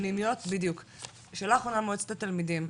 שאלה אחרונה, מועצת התלמידים,